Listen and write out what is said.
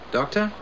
Doctor